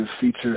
feature